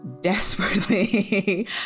desperately